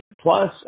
Plus